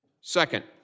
Second